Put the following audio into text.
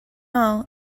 all